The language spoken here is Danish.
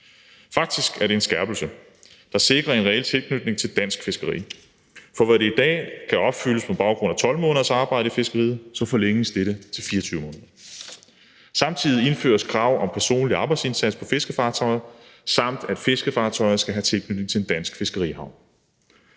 Faktisk er det en skærpelse, der sikrer en reel tilknytning til dansk fiskeri, for hvor det i dag kan opfyldes på baggrund af 12 måneders arbejde i fiskeriet, forlænges dette til 24 måneder. Samtidig indføres krav om personlig arbejdsindsats på fiskefartøjer, samt at fiskefartøjer skal have tilknytning til en dansk fiskerihavn.